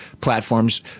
platforms